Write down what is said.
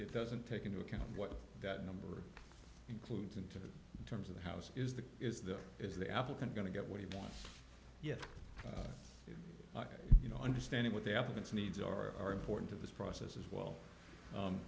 it doesn't take into account what that number includes into the terms of the house is the is the is the applicant going to get what he wants yes you know understanding what the applicants needs or are important to this process as well